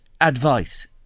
advice